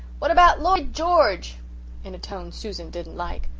what about lloyd george in a tone susan didn't like.